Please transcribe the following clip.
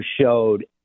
showed